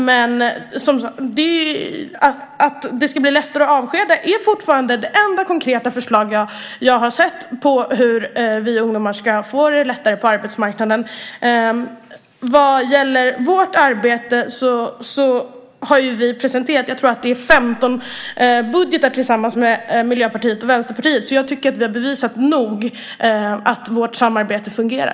Men att det ska bli lättare att avskeda är fortfarande det enda konkreta förslag som jag har sett om hur vi ungdomar ska få det lättare på arbetsmarknaden. Vad gäller vårt arbete har vi presenterat, tror jag, 15 budgetar tillsammans med Miljöpartiet och Vänsterpartiet, så jag tycker att vi tillräckligt har bevisat att vårt samarbete fungerar.